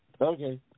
Okay